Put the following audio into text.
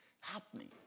happening